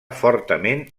fortament